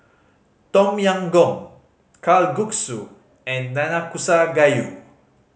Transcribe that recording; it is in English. Tom Yam Goong Kalguksu and Nanakusa Gayu